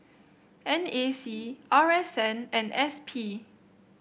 N A C R S N and S P